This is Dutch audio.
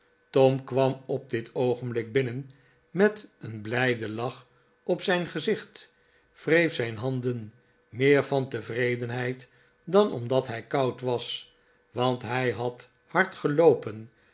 tom kwam op dit oogenblik binnen met een blijden lach op zijn gezicht wreef zijn handen meer van tevredenheid dan omdat hij koud was want hij had hard geloopen